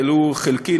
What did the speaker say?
ולו חלקי,